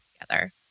together